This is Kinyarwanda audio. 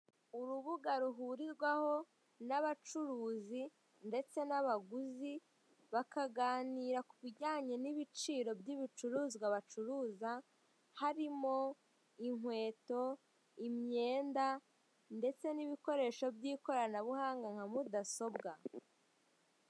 Urubuga ruhurirwaho n'abacuruzi ndetse n'abaguzi bakaganira kubijyanye n'ibiciro by'ibicuruzwa bacuruza, harimo inkweto, imyenda ndetse n'ibikoresho by'ikoranabuhanga nka mudasobwa.